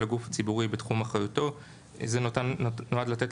הגוף הציבורי היא בתחום אחריותו";" זה נועד לתת